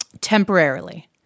temporarily